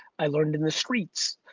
i learned in the streets.